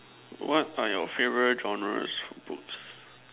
what are your favourite genres of books